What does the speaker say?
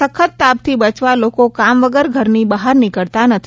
સપ્ન તાપથી બચવા લોકો કામ વગર ઘરની બહાર નીકળતા નથી